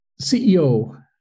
CEO